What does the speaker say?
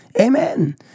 Amen